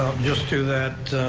just to that,